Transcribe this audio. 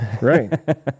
right